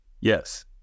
Yes